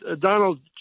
Donald